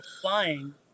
flying